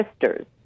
sisters